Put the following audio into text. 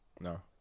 No